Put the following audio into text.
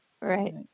Right